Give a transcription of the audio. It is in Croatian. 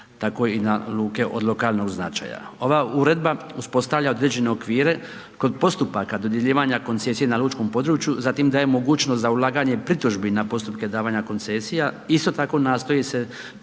tako i na luke od lokalnog značaja. Ova uredba uspostavlja određene okvire kod postupaka dodjeljivanja koncesije na lučkom području, zatim daje mogućnost za ulaganje pritužbi na postupke davanja koncesija. Isto tako, nastoji se